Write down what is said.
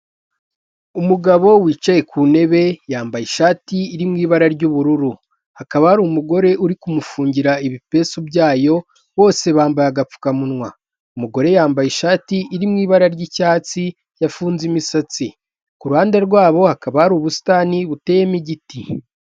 Umugabo wicaye ku ntebe yambaye ishati iri mu ibara ry'ubururu, hakaba hari umugore uri kumufungira ibipesu byayo bose bambaye agapfukamunwa, umugore yambaye ishati iri mu ibara ry'icyatsi yafunze imisatsi, ku ruhande rwabo hakaba hari ubusitani buteyemo igiti.